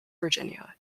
virginia